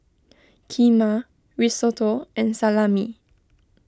Kheema Risotto and Salami